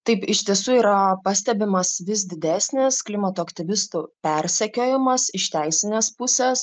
taip iš tiesų yra pastebimas vis didesnis klimato aktyvistų persekiojimas iš teisinės pusės